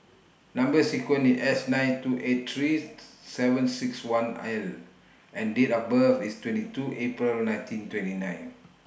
Number sequence IS S nine two eight three seven six one L and Date of birth IS twenty two April nineteen twenty nine